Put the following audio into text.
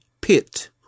pit